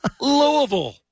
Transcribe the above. Louisville